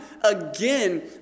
again